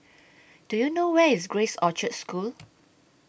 Do YOU know Where IS Grace Orchard School